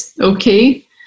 okay